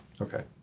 Okay